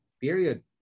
period